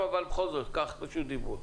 אבל בכל זאת קח את רשות הדיבור.